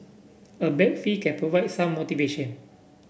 a bag fee can provide some motivation